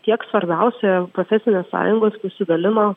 tiek svarbiausia profesinės sąjungos išsidalino